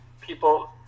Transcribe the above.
people